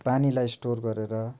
त्यो पानीलाई स्टोर गरेर